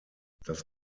das